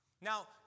Now